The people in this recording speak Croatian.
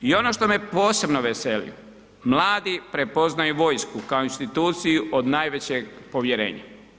I ono što me posebno veseli, mladi prepoznaju vojsku kao instituciju od najvećeg povjerenja.